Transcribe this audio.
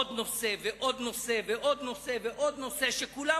עוד נושא ועוד נושא ועוד נושא שכולם